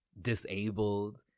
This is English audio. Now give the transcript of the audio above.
disabled